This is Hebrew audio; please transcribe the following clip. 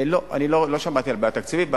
לא, אני לא שמעתי על בעיה תקציבית.